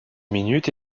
minute